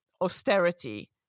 austerity